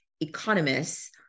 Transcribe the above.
economists